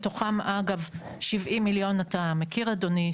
מתוכם אגב 70 מיליון אתה מכיר אדוני,